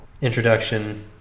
Introduction